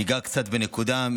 ניגע קצת בנקודות.